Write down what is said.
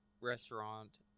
restaurant